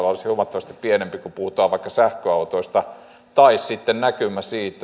olisi huomattavasti pienempi kun puhutaan vaikka sähköautoista tai sitten on näkymä siitä